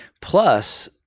Plus